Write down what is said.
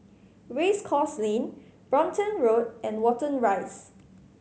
Race Course Lane Brompton Road and Watten Rise